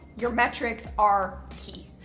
your metrics are key.